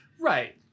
Right